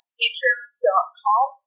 patreon.com